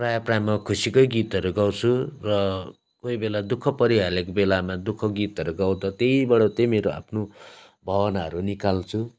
प्राय प्राय म खुसीकै गीतहरू गाउँछु र कोही बेला दु ख परिहालेको बेलामा दु ख गीतहरू गाउँदा त्यहीँबाट चाहिँ मेरो आफ्नो भावनाहरू निकाल्छु